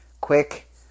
quick